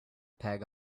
peg